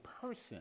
person